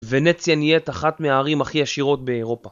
ונציה נהיית אחת מהערים הכי עשירות באירופה.